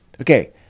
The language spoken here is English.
Okay